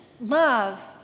love